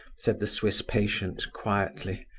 said the swiss patient, quietly.